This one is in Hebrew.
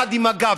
יחד עם מג"ב,